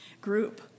group